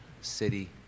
city